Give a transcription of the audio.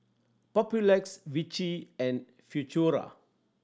Papulex Vichy and Futuro